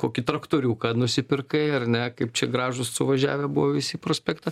kokį traktoriuką nusipirkai ar ne kaip čia gražūs suvažiavę buvo visi prospekte